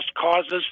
causes